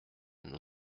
nos